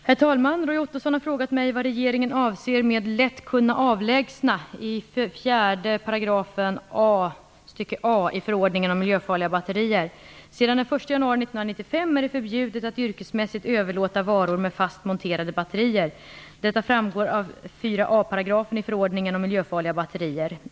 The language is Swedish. Herr talman! Roy Ottosson har frågat mig vad regeringen avser med "lätt kunna avlägsna" i 4 a § i förordningen om miljöfarliga batterier. om miljöfarliga batterier.